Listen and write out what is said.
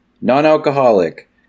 non-alcoholic